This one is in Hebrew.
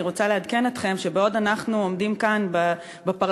אני רוצה לעדכן אתכם שבעוד אנחנו עומדים כאן בפרלמנט